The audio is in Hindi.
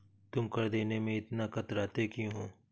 तुम कर देने में इतना कतराते क्यूँ हो?